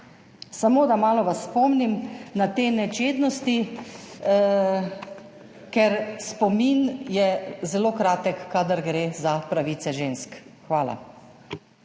Samo, da vas malo spomnim na te nečednosti, ker spomin je zelo kratek, kadar gre za pravice žensk. Hvala.